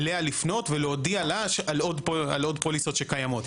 אליה לפנות ולהודיע לה על עוד פוליסות שקיימות.